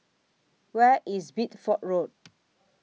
Where IS Bideford Road